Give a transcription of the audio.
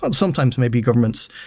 but sometimes maybe governments